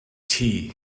tea